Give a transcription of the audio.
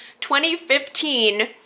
2015